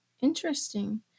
Interesting